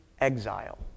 exile